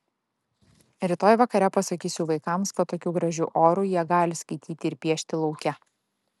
rytoj vakare pasakysiu vaikams kad tokiu gražiu oru jie gali skaityti ir piešti lauke